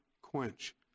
quench